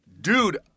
Dude